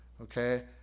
okay